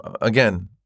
again